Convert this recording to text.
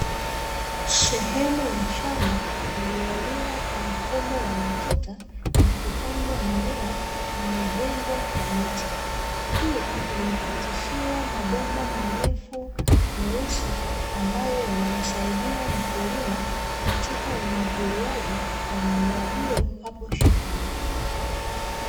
Sehemu ya shamba iliyolimwa kwa mfumo wa matuta na kupandwa mimea, imejengwa kwa miti. Pia imepitishwa mabomba marefu meusi ambayo yanamsaidia mkulima katika umwagiliaji wa mimea hiyo hapo shambani.